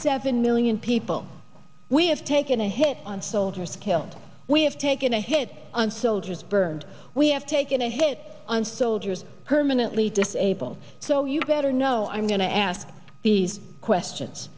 seven million people we have taken a hit on soldiers killed we have taken a hit on soldiers burned we have taken a hit on soldiers permanently disabled so you better know i'm going to ask these questions